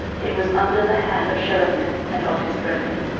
it was under the hand of shelomith, and of his brethren.